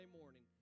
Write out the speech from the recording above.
morning